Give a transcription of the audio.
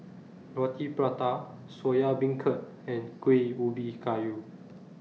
Roti Prata Soya Beancurd and Kuih Ubi Kayu